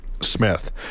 Smith